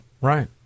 Right